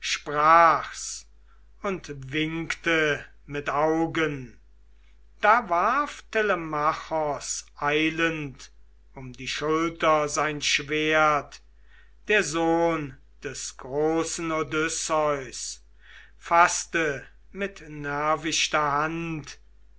sprach's und winkte mit augen da warf telemachos eilend um die schulter sein schwert der sohn des großen odysseus faßte mit nervichter hand